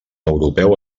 europeu